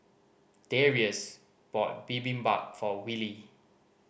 Darius bought Bibimbap for Willie